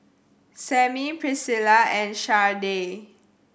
Sammie Priscilla and Shardae